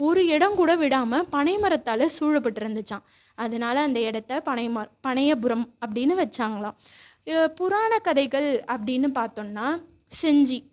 ஒரு இடங்கூட விடாமல் பனை மரத்தால் சூழப்பட்டுருந்துச்சாம் அதனால் அந்த இடத்த பனை ம பனையபுரம் அப்படின்னு வச்சாங்களாம் புராணக் கதைகள் அப்படின்னு பார்த்தோன்னா செஞ்சு